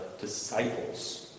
disciples